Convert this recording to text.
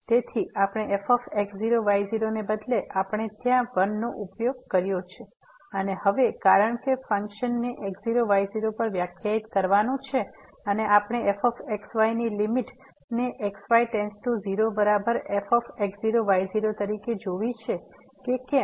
તેથી આપણે fx0 y0 ને બદલે આપણે ત્યાં 1 નો ઉપયોગ કર્યો છે અને હવે કારણ કે ફંક્શન ને x0 y0 પર વ્યાખ્યાયિત કરવાનું છે અને આપણે f x y ની લીમીટ ને x y→0 બરાબર f x0 y0 તરીકે જોવી છે કે કેમ